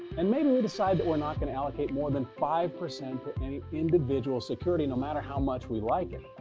and maybe we decide that we're not going to allocate more than five percent to but and any individual security, no matter how much we like it.